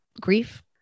grief